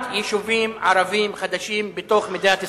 יישובים ערביים חדשים בתוך מדינת ישראל,